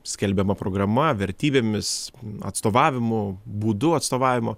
skelbiama programa vertybėmis atstovavimu būdu atstovavimo